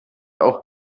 auch